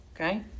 Okay